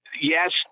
Yes